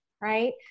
right